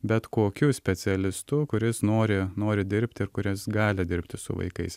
bet kokiu specialistu kuris nori nori dirbti ir kuris gali dirbti su vaikais